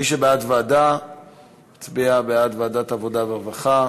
מי שבעד ועדה יצביע בעד ועדת העבודה והרווחה.